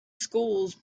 schools